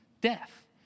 death